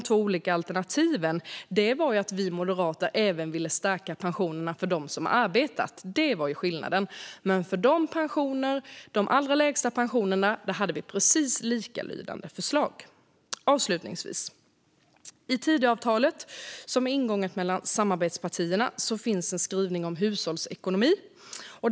Skillnaden var att vi moderater ville stärka pensionerna även för dem som arbetat. I Tidöavtalet, som är ingånget mellan samarbetspartierna, finns en skrivning om hushållsekonomi.